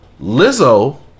Lizzo